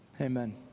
amen